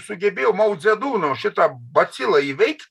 sugebėjo maudzeduno šitą bacilą įveikt